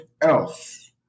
else